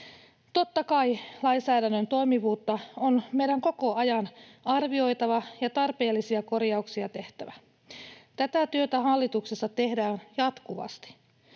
Totta kai lainsäädännön toimivuutta on meidän koko ajan arvioitava ja tarpeellisia korjauksia tehtävä. Tätä työtä hallituksessa tehdään jatkuvasti.